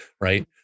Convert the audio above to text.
right